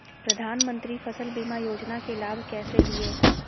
प्रधानमंत्री फसल बीमा योजना के लाभ कैसे लिये?